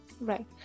right